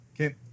Okay